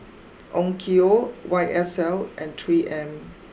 Onkyo Y S L and three M